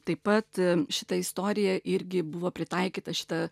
taip pat šita istorija irgi buvo pritaikyta šita